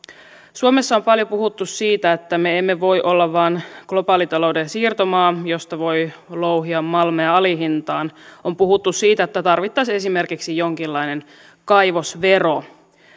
suomessa on paljon puhuttu siitä että me emme voi olla vain globaalitalouden siirtomaa josta voi louhia malmeja alihintaan on puhuttu siitä että tarvittaisiin esimerkiksi jonkinlainen kaivosvero